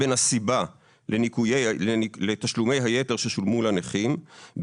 בסיבה לתשלומי היתר ששולמו לנכים,